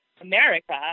America